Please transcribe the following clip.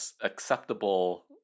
acceptable